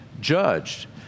judged